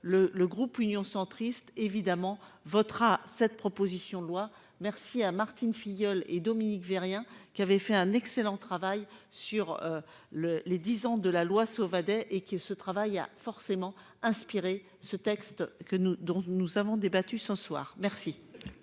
le groupe Union centriste évidemment votera cette proposition de loi. Merci à Martine Filleul et Dominique Vérien qui avait fait un excellent travail sur le les 10 ans de la loi Sauvadet et que ce travail a forcément inspiré ce texte que nous dont nous avons débattu ce soir, merci.